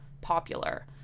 popular